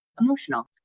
emotional